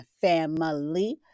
family